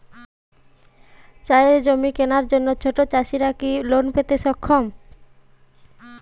চাষের জমি কেনার জন্য ছোট চাষীরা কি লোন পেতে সক্ষম?